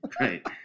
Right